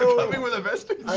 me with a vestige?